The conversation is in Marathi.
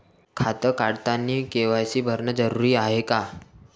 खातं काढतानी के.वाय.सी भरनं जरुरीच हाय का?